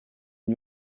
n’y